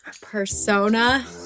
persona